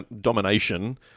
domination